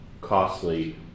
costly